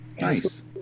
Nice